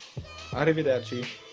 Arrivederci